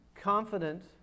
confident